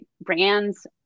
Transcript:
brands